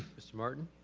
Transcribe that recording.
mr. martin?